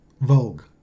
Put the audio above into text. vogue